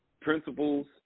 principles